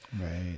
Right